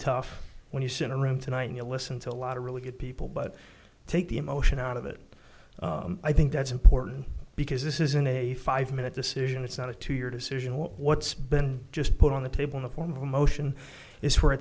tough when you see in a room tonight you listen to a lot of really good people but take the emotion out of it i think that's important because this isn't a five minute decision it's not a two year decision or what's been just put on the table in the form of a motion is for a